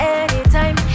anytime